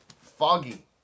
foggy